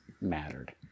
mattered